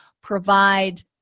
provide